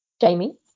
Jamie